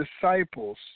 disciples